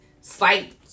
slight